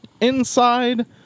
inside